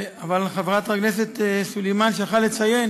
אבל חברת הכנסת סלימאן שכחה לציין